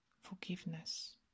forgiveness